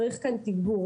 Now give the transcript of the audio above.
צריך כאן תגבור.